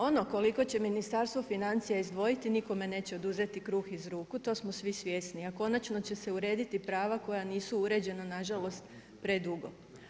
Ono koliko će Ministarstvo financija izdvojiti nikome neće oduzeti kruh iz ruku to smo svi svjesni, a konačno će se urediti prava koja nisu uređena na žalost predugo.